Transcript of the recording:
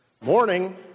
morning